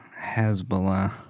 Hezbollah